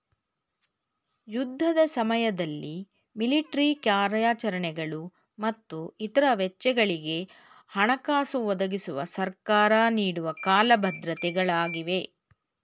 ಯುದ್ಧದ ಸಮಯದಲ್ಲಿ ಮಿಲಿಟ್ರಿ ಕಾರ್ಯಾಚರಣೆಗಳು ಮತ್ತು ಇತ್ರ ವೆಚ್ಚಗಳಿಗೆ ಹಣಕಾಸು ಒದಗಿಸುವ ಸರ್ಕಾರ ನೀಡುವ ಕಾಲ ಭದ್ರತೆ ಗಳಾಗಿವೆ